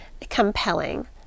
compelling